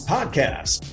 Podcast